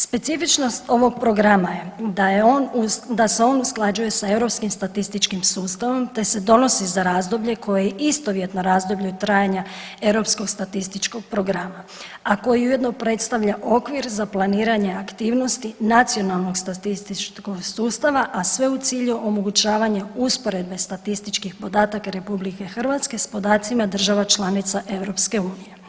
Specifičnost ovog programa je da se on usklađuje sa europskim statističkim sustavom, te se donosi za razdoblje koje je istovjetno razdoblju trajanja europskog statističkog programa, a koji ujedno predstavlja okvir za planiranja aktivnosti nacionalnog statističkog sustava, a sve u cilju omogućavanja usporedbe statističkih podataka RH s podacima država članica EU.